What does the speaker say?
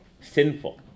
Sinful